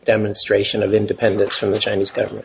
demonstration of independence from the chinese government